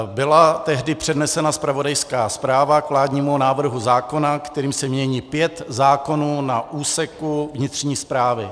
Byla tehdy přednesena zpravodajská zpráva k vládnímu návrhu zákona, kterým se mění pět zákonů na úseku vnitřní správy.